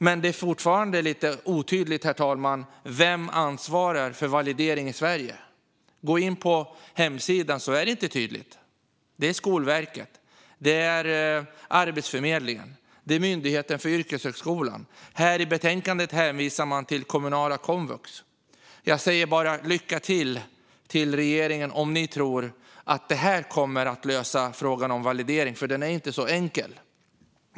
Men det är fortfarande lite otydligt, herr talman, vem som ansvarar för validering i Sverige. På hemsidan är det inte tydligt. Det är Skolverket, det är Arbetsförmedlingen och det är Myndigheten för yrkeshögskolan. I betänkandet hänvisar man till kommunala komvux. Till regeringen säger jag bara lycka till, om ni tror att detta kommer att lösa frågan om validering. Den är inte så enkel.